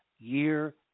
year